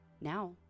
Now